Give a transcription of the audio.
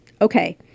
okay